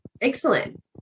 Excellent